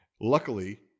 Luckily